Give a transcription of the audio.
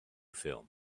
film